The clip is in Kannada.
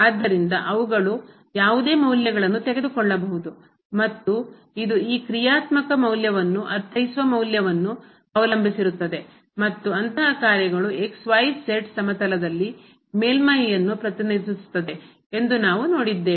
ಆದ್ದರಿಂದ ಅವುಗಳು ಯಾವುದೇ ಮೌಲ್ಯಗಳನ್ನು ತೆಗೆದುಕೊಳ್ಳಬಹುದು ಮತ್ತು ಇದು ಈ ಕ್ರಿಯಾತ್ಮಕ ಮೌಲ್ಯವನ್ನು ಅರ್ಥೈಸುವ ಮೌಲ್ಯವನ್ನು ಅವಲಂಬಿಸಿರುತ್ತದೆ ಮತ್ತು ಅಂತಹ ಕಾರ್ಯಗಳು xyz ಸಮತಲದಲ್ಲಿ ಮೇಲ್ಮೈಯನ್ನು ಪ್ರತಿನಿಧಿಸುತ್ತವೆ ಎಂದು ನಾವು ನೋಡಿದ್ದೇವೆ